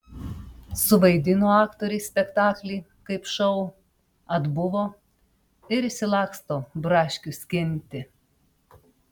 suvaidino aktoriai spektaklį kaip šou atbuvo ir išsilaksto braškių skinti